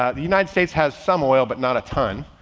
ah the united states has some oil, but not a ton.